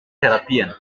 therapien